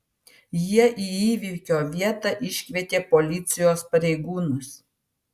jie į įvykio vietą iškvietė policijos pareigūnus